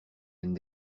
end